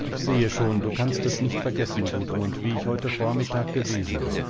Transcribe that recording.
ich sehe schon du kannst es nicht vergessen gudmund wie ich heute vormittag gewesen bin